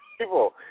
people